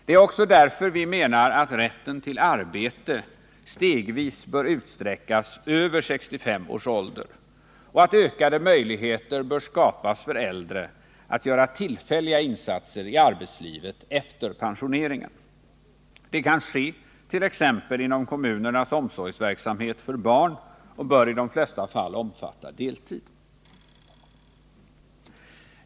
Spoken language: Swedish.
Det är också därför vi menar att rätten till arbete stegvis bör utsträckas över 65 års ålder och att ökade möjligheter bör skapas för äldre att göra tillfälliga insatser i arbetslivet efter pensioneringen. Det kan ske t.ex. inom kommunernas omsorgsverksamhet för barn och bör i de flesta fall omfatta deltid.